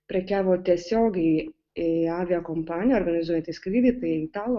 prekiavo tiesiogiai į aviakompaniją organizuojanti skrydį tai italų